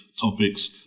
topics